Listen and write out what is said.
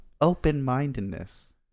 Open-mindedness